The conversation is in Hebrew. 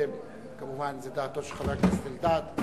זו, כמובן, דעתו של חבר הכנסת